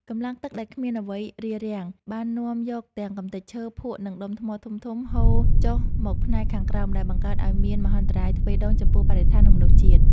កម្លាំងទឹកដែលគ្មានអ្វីរារ៉ាំង បាននាំយកទាំងកម្ទេចឈើ ភក់ និងដុំថ្មធំៗហូរចុះមកផ្នែកខាងក្រោម ដែលបង្កើតឱ្យមានមហន្តរាយទ្វេដងចំពោះបរិស្ថាន និងមនុស្សជាតិ។